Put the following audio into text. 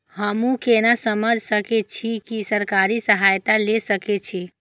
हमू केना समझ सके छी की सरकारी सहायता ले सके छी?